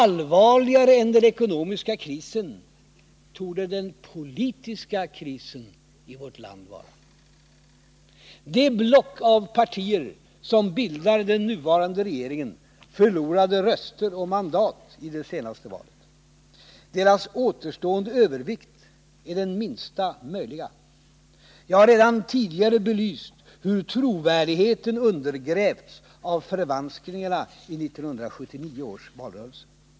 Allvarligare än den ekonomiska krisen torde den politiska krisen i vårt land vara. Det block av partier som bildar den nuvarande regeringen förlorade röster och mandat i det senaste valet. Dess återstående övervikt är den minsta möjliga. Jag har redan tidigare belyst hur trovärdigheten undergrävts av förvanskningarna i 1979 års valrörelse.